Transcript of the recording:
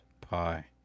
Pie